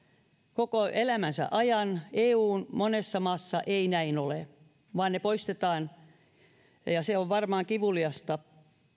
koko elämänsä ajan kun taas eun monessa maassa ei näin ole vaan ne poistetaan possulta jo alkuvaiheessa ja se on varmaan kivuliasta